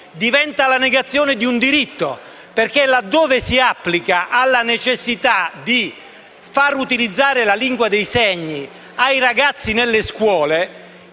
diventa la negazione di un diritto, perché se si applica alla necessità di far utilizzare la lingua dei segni ai ragazzi nelle scuole